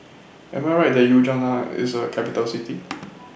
Am I Right that Ljubljana IS A Capital City